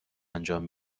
انجام